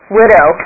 widow